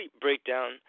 breakdown